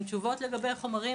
עם תשובות לגבי חומרים